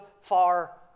far